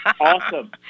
Awesome